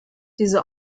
diese